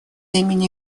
имени